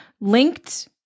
linked